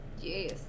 Yes